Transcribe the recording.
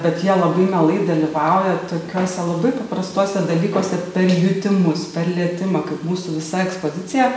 bet jie labai mielai dalyvauja tokiuose labai paprastuose dalykuose per jutimus per lietimą kaip mūsų visa ekspozicija